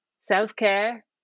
self-care